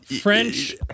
French